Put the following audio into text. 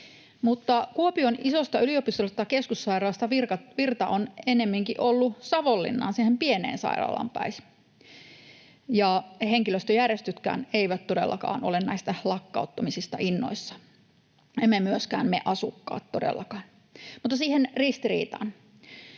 Kuopion isosta yliopistollisesta keskussairaalasta virta on ennemminkin ollut Savonlinnaan, siihen pieneen sairaalaan päin, ja henkilöstöjärjestötkään eivät todellakaan ole näistä lakkauttamisista innoissaan. Emme myöskään me asukkaat todellakaan. Mutta siihen ristiriitaan: